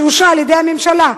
שאושרה על-ידי הממשלה,